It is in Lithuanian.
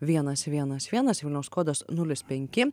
vienas vienas vienas vilniaus kodas nulis penki